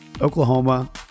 Oklahoma